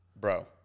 bro